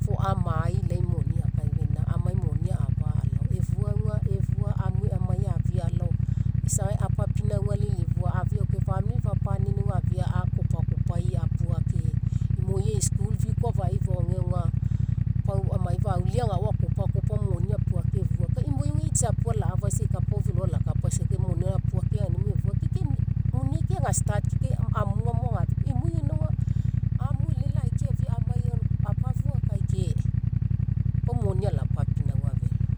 foamai lai moni akaifaina amai moni afa alao efua auga efua amue amai afii alao, isagai apinauga lilifu afiau ke famili fapaniaina auga afia akopakopai apuake, imoi e'i school fee koa afai faoge auge pau amai, aule agao amai akopakopa moni apuake efua kai imoi e'i tsiapu alafaisa e'i kapao felo alakapaisa moni gaina apuake agemo ke muniai ke aga start amuga mo ageafia puo imoi gaina amu elelai keafia mai apafua kai ke, pau moni lapinauga felo.